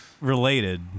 related